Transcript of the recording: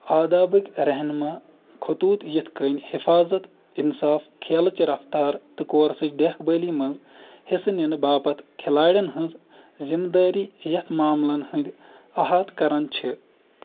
آدابٕکۍ رہنما خطوٗط یِتھ کٔنۍ حفاظت انصاف کھیلٕچ رفتار تہٕ کورسٕچ دیکھ بٲلی منٛز حصہٕ نِنہٕ باپتھ کھِلاڑٮ۪ن ہٕنٛز ذمہٕ دٲری یَتھ معاملَن ہٕنٛدۍ احاطہ کران چھِ